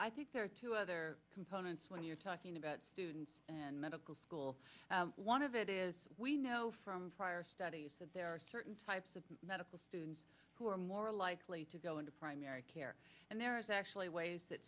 i think there are two other components when you're talking about student and medical school one of it is we know from prior studies that there are certain types of medical students who are more likely to go into primary care and there is actually ways that